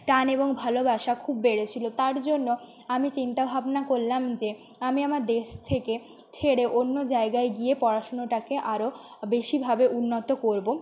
টান এবং ভালোবাসা খুব বেড়ে ছিলো তার জন্য আমি চিন্তা ভাবনা করলাম যে আমি আমার দেশ থেকে ছেড়ে অন্য জায়গায় গিয়ে পড়াশুনোটাকে আরো বেশিভাবে উন্নত করবো